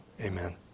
Amen